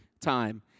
time